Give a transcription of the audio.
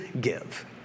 give